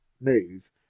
move